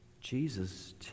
Jesus